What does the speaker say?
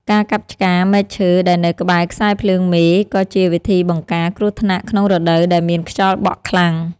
ការកាប់ឆ្ការមែកឈើដែលនៅក្បែរខ្សែភ្លើងមេក៏ជាវិធីបង្ការគ្រោះថ្នាក់ក្នុងរដូវដែលមានខ្យល់បក់ខ្លាំង។